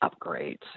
upgrades